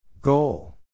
Goal